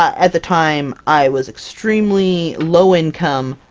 at the time i was extremely low-income,